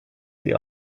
sie